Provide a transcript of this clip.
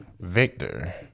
Victor